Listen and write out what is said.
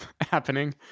happening